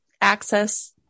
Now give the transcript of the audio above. access